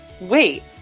Wait